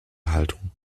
haltung